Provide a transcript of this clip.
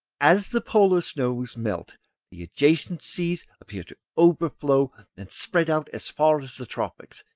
as the polar snows melt the adjacent seas appear to overflow and spread out as far as the tropics,